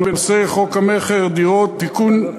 חוק המכר (דירות) (תיקון,